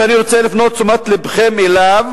שאני רוצה להפנות את תשומת לבכם אליו,